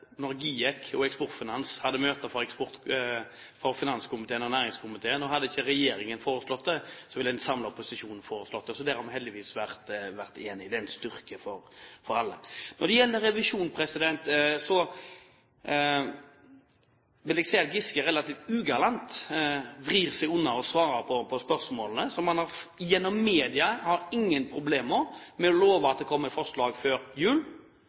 GIEK og Eksportfinans hadde møter med finanskomiteen og næringskomiteen. Og hadde ikke regjeringen foreslått det, ville en samlet opposisjon ha foreslått det. Så der har vi heldigvis vært enige. Det er en styrke for alle. Når det gjelder revisjonsplikten, vil jeg si at Giske er relativt ugalant. Han vrir seg unna å svare på spørsmålene, men gjennom media har han ingen problemer med å love at det kommer forslag før jul.